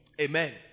Amen